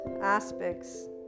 aspects